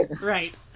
Right